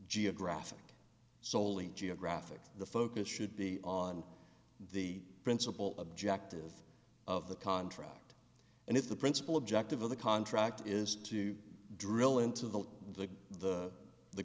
geographic soley geographic the focus should be on the principle objective of the contract and if the principal objective of the contract is to drill into the the the